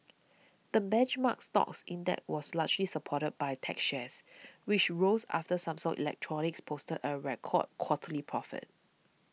the benchmark stocks index was largely supported by tech shares which rose after Samsung Electronics posted a record quarterly profit